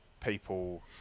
people